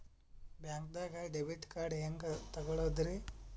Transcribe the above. ಬ್ಯಾಂಕ್ದಾಗ debit card ಹೆಂಗ್ ತಗೊಳದ್ರಿ?